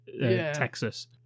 Texas